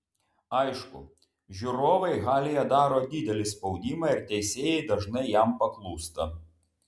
aišku žiūrovai halėje daro didelį spaudimą ir teisėjai dažnai jam paklūsta